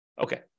Okay